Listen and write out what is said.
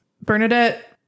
Bernadette